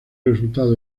resultado